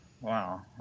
Wow